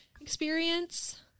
experience